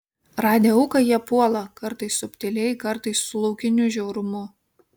radę auką jie puola kartais subtiliai kartais su laukiniu žiaurumu